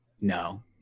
No